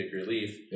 relief